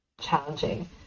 challenging